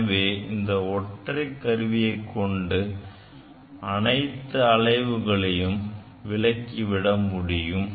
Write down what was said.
எனவே இந்த ஒற்றை கருவியைக் கொண்டு அனைத்து அலைவுகளையும் விளக்கிவிட முடியும்